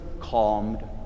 calmed